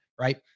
right